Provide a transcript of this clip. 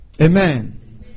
Amen